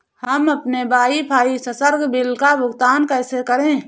हम अपने वाईफाई संसर्ग बिल का भुगतान कैसे करें?